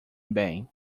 bem